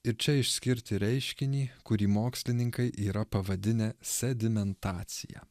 ir čia išskirti reiškinį kurį mokslininkai yra pavadinę sedimentacija